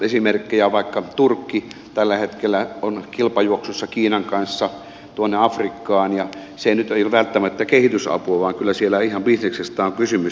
esimerkkinä vaikka turkki joka tällä hetkellä on kilpajuoksussa kiinan kanssa tuonne afrikkaan ja se ei nyt ole välttämättä kehitysapua vaan kyllä siellä ihan bisneksestä on kysymys